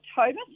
October